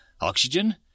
oxygen